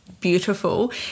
beautiful